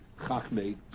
Chachmei